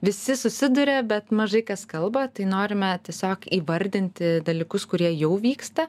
visi susiduria bet mažai kas kalba tai norime tiesiog įvardinti dalykus kurie jau vyksta